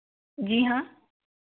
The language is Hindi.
जी हाँ